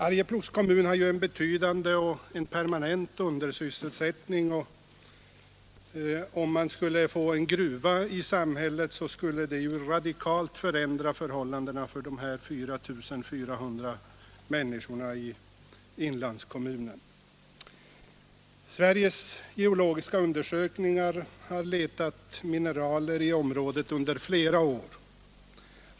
Arjeplogs kommun har ju en betydande och permanent undersysselsättning, och en gruva i samhället skulle givetvis betyda att förhållandena radikalt förändrades för de 4 400 människorna i denna inlandskommun. Sveriges geologiska undersökning har letat mineraler i området under flera år.